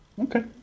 Okay